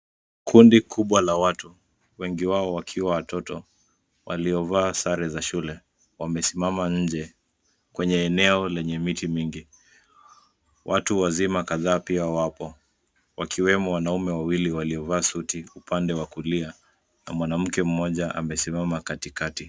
Kundi kubwa la watu, wengi wao wakiwa watoto waliovaa sare za shule wamesimama nje kwenye eneo lenye miti mingi. Watu wazima kadhaa pia wapo; wakiwemo wanaume wawili waliovaa suti upande wa kulia na mwanamke mmoja amesimama katikati.